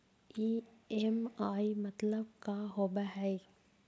EMI मतलब का होब हइ?